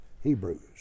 Hebrews